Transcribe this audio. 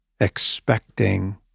expecting